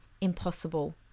impossible